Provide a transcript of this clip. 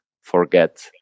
forget